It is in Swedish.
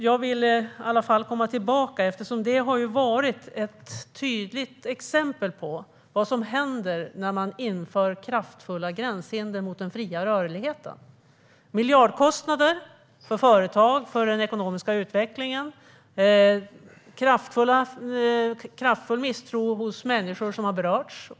Jag vill komma tillbaka till det, eftersom det har varit ett tydligt exempel på vad som händer när man inför kraftfulla gränshinder mot den fria rörligheten. Det har inneburit miljardkostnader för företag och för den ekonomiska utvecklingen, och det finns en kraftfull misstro hos människor som har berörts.